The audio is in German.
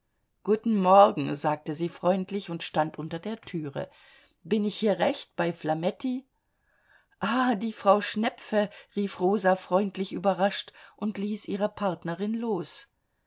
guten morgen sagte sie freundlich und stand unter der türe bin ich hier recht bei flametti ah die frau schnepfe rief rosa freundlich überrascht und ließ ihre partnerin los